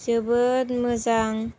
जोबोद मोजां